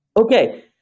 Okay